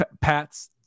Pat's